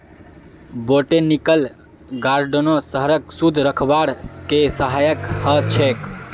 botanical गार्डनो शहरक शुद्ध रखवार के सहायक ह छेक